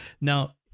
Now